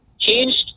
changed